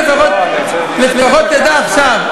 לפחות תדע עכשיו.